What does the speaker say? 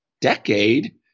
decade